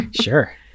sure